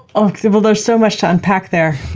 ah kind of there's so much to unpack there.